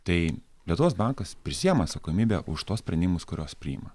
tai lietuvos bankas prisiima atsakomybę už tuos sprendimus kuriuos priima